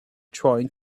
trying